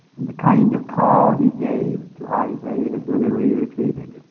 and the kind of call he gave to isaiah is going to be repeated.